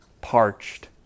parched